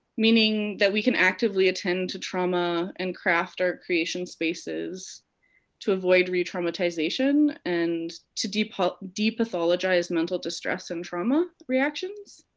meaning that we can actively attend to trauma and craft our creation spaces to avoid retraumatization and to ah depathologize mental distress and trauma reactions.